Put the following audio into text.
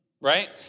right